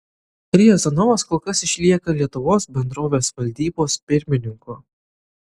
riazanovas kol kas išlieka lietuvos bendrovės valdybos pirmininku